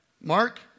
Mark